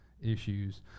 issues